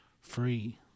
free